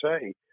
say